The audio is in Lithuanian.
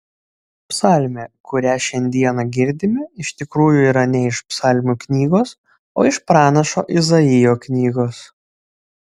psalmė kurią šiandieną girdime iš tikrųjų yra ne iš psalmių knygos o iš pranašo izaijo knygos